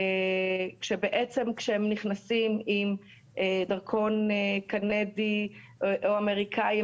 בעצם כשהם נכנסים עם דרכון קנדי או אמריקאי,